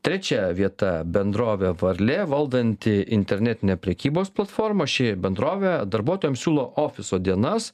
trečia vieta bendrovė varlė valdanti internetinę prekybos platformą ši bendrovė darbuotojams siūlo ofiso dienas